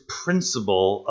principle